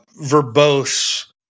verbose